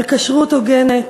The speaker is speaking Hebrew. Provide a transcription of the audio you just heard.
על כשרות הוגנת,